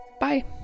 Bye